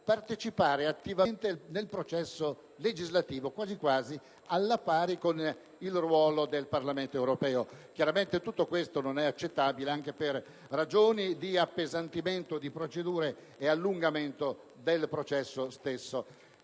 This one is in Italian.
partecipare attivamente al processo legislativo, quasi alla pari con il ruolo del Parlamento europeo. Chiaramente tutto ciò non è accettabile, anche per ragioni di appesantimento di procedure ed allungamento del processo stesso.